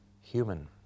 human